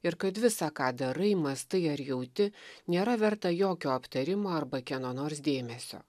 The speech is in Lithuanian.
ir kad visa ką darai mąstai ar jauti nėra verta jokio aptarimo arba kieno nors dėmesio